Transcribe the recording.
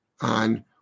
on